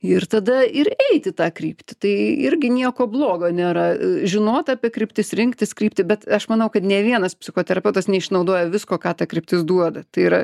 ir tada ir eit į tą kryptį tai irgi nieko blogo nėra e žinota apie kryptis rinktis kryptį bet aš manau kad nė vienas psichoterapeutas neišnaudoja visko ką ta kryptis duoda tai yra